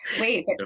Wait